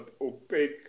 opaque